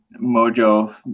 mojo